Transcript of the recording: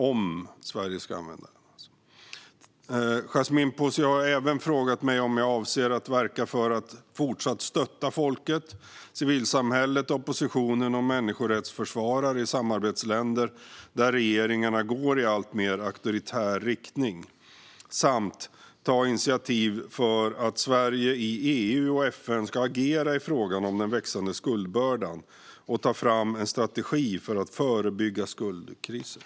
Yasmine Posio har även frågat mig om jag avser att verka för att fortsatt stötta folket, civilsamhället, opposition och människorättsförsvarare i samarbetsländer där regeringarna går i alltmer auktoritär riktning ta initiativ för att Sverige i EU och FN ska agera i frågan om den växande skuldbördan och ta fram en strategi för att förebygga skuldkriser.